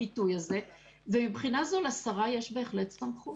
הביטוי הזה ומבחינה זו לשרה יש בהחלט סמכות.